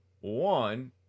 one